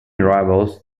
rivals